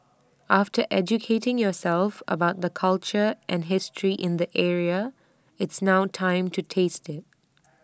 after educating yourself about the culture and history in the area it's now time to taste IT